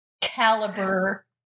caliber